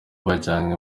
bajyanywe